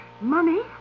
Money